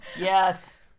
yes